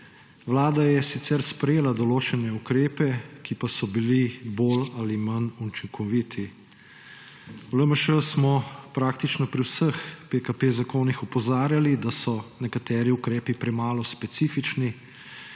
Vlada je sicer sprejela določene ukrepe, ki so bili bolj ali manj učinkoviti. V LMŠ smo praktično pri vseh zakonih PKP opozarjali, da so nekateri ukrepi premalo specifični.